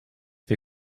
wir